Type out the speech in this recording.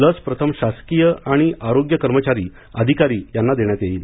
लस प्रथम शासकीय आणि आरोग्य कर्मचारी अधिकारी यांना देण्यात येईल